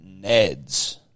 Neds